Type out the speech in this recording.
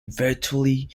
virtually